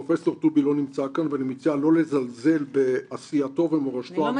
פרופ' טובי לא נמצא כאן ואני מציע לא לזלזל בעשייתו ומורשתו המחקרית.